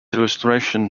illustration